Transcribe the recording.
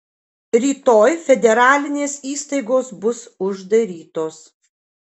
rytoj federalinės įstaigos bus uždarytos